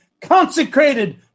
consecrated